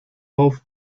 auf